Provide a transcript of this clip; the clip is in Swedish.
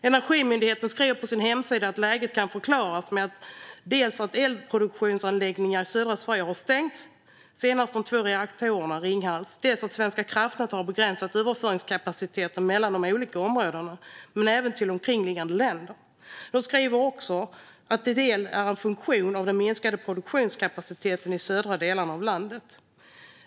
Energimyndigheten skriver på sin hemsida att läget kan förklaras dels med att elproduktionsanläggningar i södra Sverige har stängts, senast de två reaktorerna i Ringhals, dels med att Svenska kraftnät har begränsat överföringskapaciteten mellan de olika områdena men även till omkringliggande länder. De skriver att detta också till en del är en funktion av den minskade produktionskapaciteten i de södra delarna av landet.